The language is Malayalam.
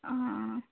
ആ ആ